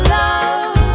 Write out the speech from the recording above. love